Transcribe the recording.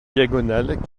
diagonales